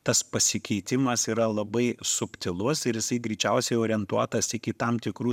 tas pasikeitimas yra labai subtilus ir jisai greičiausiai orientuotas iki tam tikrų